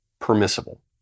permissible